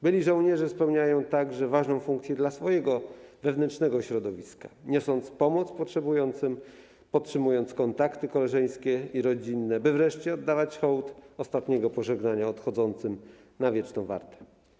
Byli żołnierze spełniają także ważną funkcję dla swojego wewnętrznego środowiska, niosąc pomoc potrzebującym, podtrzymując kontakty koleżeńskie i rodzinne, by wreszcie oddawać hołd ostatniego pożegnania odchodzącym na wieczną wartę.